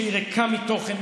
שהיא ריקה מתוכן,